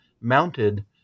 mounted